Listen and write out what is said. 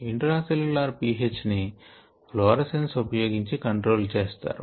intra cellular pH ని fluorescence ఉపయోగించి control చేస్తారు